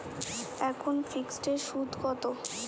এখন ফিকসড এর সুদ কত?